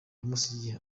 yamusigiye